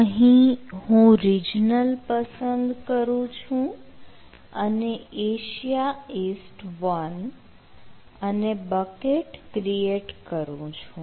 અહીં હું રીજનલ પસંદ કરું છું અને એશિયા ઇસ્ટ1 અને બકેટ ક્રીએટ કરું છું